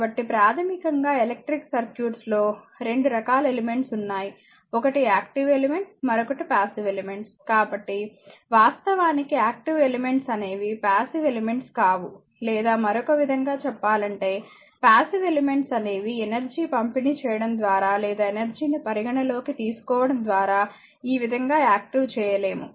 కాబట్టి ప్రాథమికంగా electric circuits లో 2 రకాల ఎలిమెంట్స్ ఉన్నాయి ఒకటి యాక్టివ్ ఎలిమెంట్ మరొకటి పాసివ్ ఎలిమెంట్స్ వాస్తవానికి యాక్టివ్ ఎలిమెంట్స్ అనేవి పాసివ్ ఎలిమెంట్స్ కావు లేదా మరొక విధంగా చెప్పాలంటే పాసివ్ ఎలిమెంట్స్ అనేవి ఎనర్జీ పంపిణీ చేయడం ద్వారా లేదా ఎనర్జీ ని పరిగణనలోకి తీసుకోవడం ద్వారా ఈ విధంగా యాక్టివ్ చేయలేము